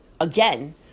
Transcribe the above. again